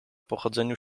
pochodzeniu